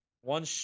one